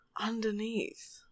underneath